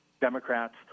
Democrats